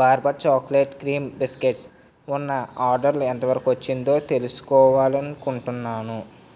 bourbon chocolate cream బిస్కెట్లు ఉన్న order ఎంత వరకు వచ్చిందో తెలుసుకోవాలని అనుకుంటున్నాను